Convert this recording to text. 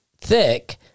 thick